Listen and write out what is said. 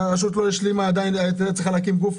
שהרשות הייתה צריכה להקים גוף.